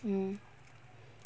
mm